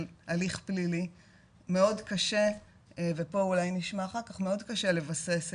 הליך פלילי מאוד קשה ופה אולי נשמע אחר כך מאוד קשה לבסס את